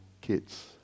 kids